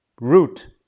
root